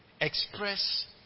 express